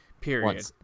period